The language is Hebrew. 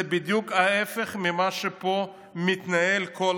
זה בדיוק ההפך ממה שמתנהל פה,